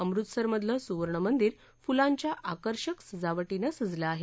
अमृतसरमधलं सुवर्णमंदिर फुलांच्या आकर्षक सजावीीनं सजलं आहे